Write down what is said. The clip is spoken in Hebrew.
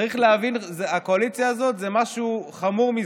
צריך להבין, הקואליציה הזאת זה משהו חמור מזה.